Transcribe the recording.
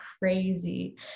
crazy